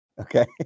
Okay